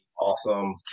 awesome